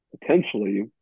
potentially